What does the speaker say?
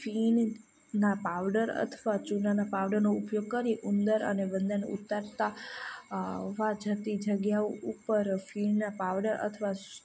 ફીણના powder અથવા ચુનાના પાવડરનો ઉપયોગ કરી ઉંદર અને વંદાને ઉતરતા અવાજ જતી જગ્યાઓ ઉપર ફીણના પાવડર અથવા